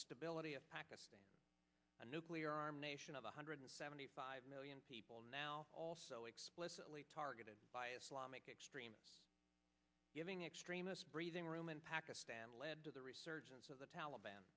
stability of pakistan a nuclear armed nation of one hundred seventy five million people now also explicitly targeted by islamic extremists giving extremists breathing room in pakistan led to the resurgence of the taliban